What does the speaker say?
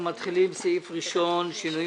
אנחנו מתחילים בסעיף הראשון: שינויים